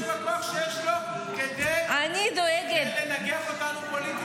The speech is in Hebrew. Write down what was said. שאף אחד לא ישתמש בכוח שיש לו כדי לנגח אותנו פוליטית.